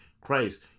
Christ